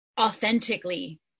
authentically